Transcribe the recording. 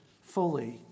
fully